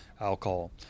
alcohol